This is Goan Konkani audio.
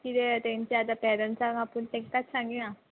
किदें तेंचे आतां पेरंट्साक आपूण तांकांच सांगिया